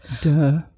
Duh